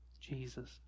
Jesus